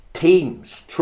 Teams